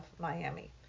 Miami